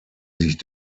sich